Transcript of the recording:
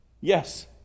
Yes